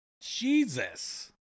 Jesus